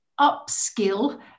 upskill